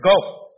go